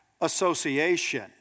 association